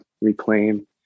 reclaim